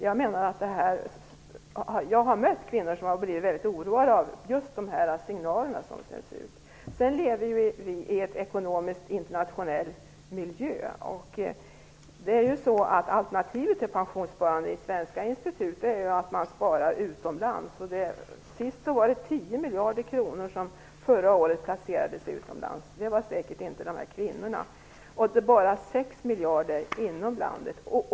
Jag har mött kvinnor som har blivit väldigt oroade just över de signaler som har sänts ut. Sedan lever vi i en ekonomisk internationell miljö. Alternativet till pensionssparande i svenska institut är ju att man sparar utomlands. Förra året placerades 10 miljarder kronor utomlands, men det gjordes säkert inte av dessa kvinnor, och bara 6 miljarder inom landet.